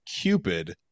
Cupid